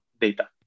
data